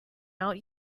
out